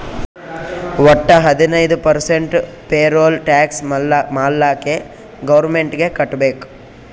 ವಟ್ಟ ಹದಿನೈದು percent payroll tax ಮಾಲ್ಲಾಕೆ ಗೌರ್ಮೆಂಟ್ಗ್ ಕಟ್ಬೇಕ್